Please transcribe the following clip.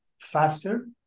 faster